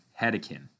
Hedekin